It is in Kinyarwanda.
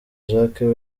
jacques